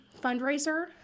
fundraiser